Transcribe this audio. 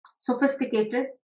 sophisticated